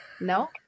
no